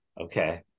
Okay